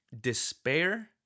despair